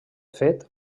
fet